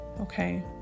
okay